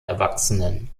erwachsenen